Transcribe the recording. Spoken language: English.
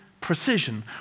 precision